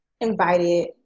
invited